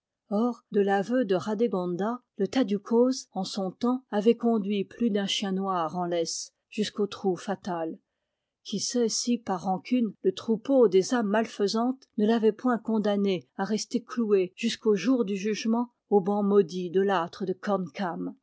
or de l'aveu de radégonda le tadiou coz en son temps avait conduit plus d'un chien noir en laisse jusqu'au trou fatal qui sait si par rancune le troupeau des âmes malfaisantes ne l'avait point condamné à rester cloué jusqu'au jour du jugement au banc maudit de l'âtre de